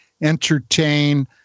entertain